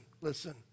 listen